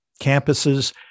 campuses